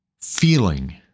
feeling